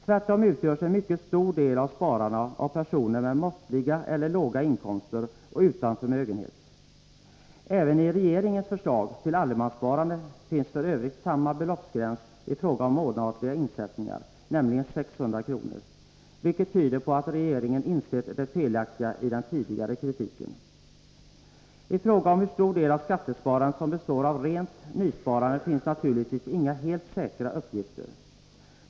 Tvärtom utgörs en mycket stor del av spararna av personer med måttliga eller låga inkomster och utan förmögenhet. Även i regeringens förslag till allemanssparande finns f. ö. samma beloppsgräns i fråga om månatliga insättningar, nämligen 600 kr., vilket tyder på att regeringen insett det felaktiga i den tidigare kritiken. I fråga om hur stor del av skattesparandet som består av rent nysparande finns naturligtvis inga helt säkra uppgifter.